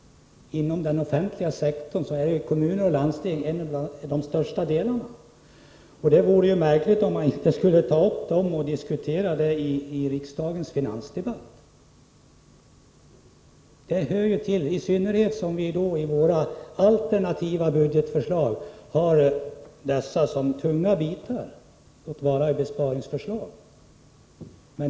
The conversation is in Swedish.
Inom den offentliga sektorn är kommuner och landsting en av de största delarna. Det vore ju märkligt om man inte skulle diskutera dem i riksdagens finansdebatt. De hör ju dit, i synnerhet som vi i våra alternativa budgetförslag har dem som tunga bitar, låt vara att det gäller besparingsförslag.